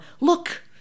Look